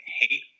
hate